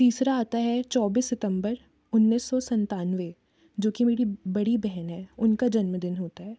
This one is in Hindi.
तीसरा आता है चौबीस सितंबर उन्नीस सौ सत्तानवे जो कि मेरी बड़ी बहन हैं उनका जन्मदिन होता है